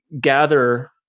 gather